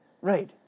Right